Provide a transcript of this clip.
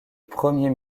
premier